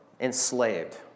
enslaved